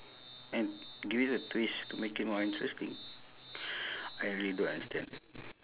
and give it a twist to make it more interesting I really don't understand